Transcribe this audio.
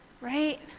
right